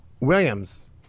Williams